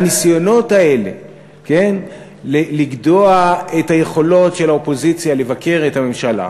הניסיונות האלה לגדוע את היכולות של האופוזיציה לבקר את הממשלה